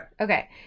Okay